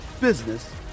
business